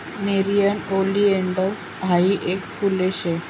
nerium oleander हायी येक फुल शे